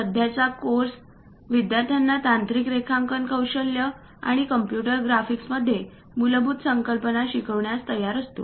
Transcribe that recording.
सध्याचा कोर्स विद्यार्थ्यांना तांत्रिक रेखांकन कौशल्य आणि कम्प्युटर ग्राफिक्स मध्ये मूलभूत संकल्पना शिकण्यास तयार करतो